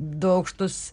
du aukštus